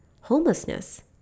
homelessness